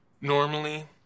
Normally